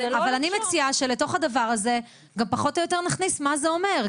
אבל אני מציעה שלתוך הדבר הזה גם פחות או יותר נכניס מה זה אומר,